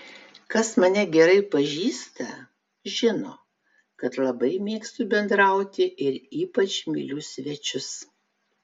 kas mane gerai pažįsta žino kad labai mėgstu bendrauti ir ypač myliu svečius